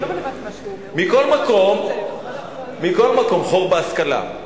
מכל מקום, חור בהשכלה,